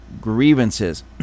grievances